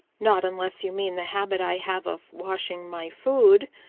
not unless you mean the habit i have of washing my food.